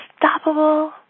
unstoppable